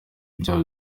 ibyaha